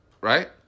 right